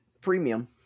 premium